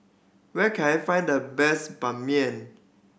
where can I find the best Ban Mian